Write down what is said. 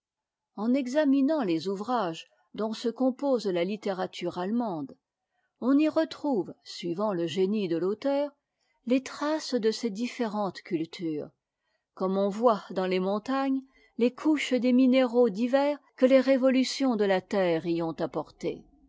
en examinant les ouvrages dont se compose la littérature allemande oh y retrouve suivant le génie de fauteur les traces de ces différentes cultures comme on voit dans les montagnes les couches des minéraux divers que les révolutions de la terre y ont apportés